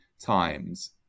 times